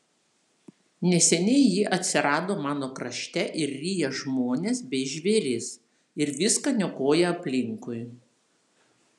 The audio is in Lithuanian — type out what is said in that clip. neseniai ji atsirado mano krašte ir ryja žmones bei žvėris ir viską niokoja aplinkui